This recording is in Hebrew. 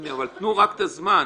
אבל תנו רק את הזמן.